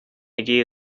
идеи